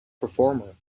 performer